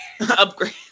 Upgrade